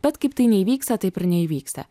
bet kaip tai neįvyksta taip ir neįvyksta